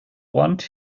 want